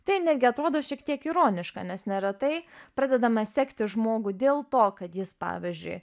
tai netgi atrodo šiek tiek ironiška nes neretai pradedama sekti žmogų dėl to kad jis pavyzdžiui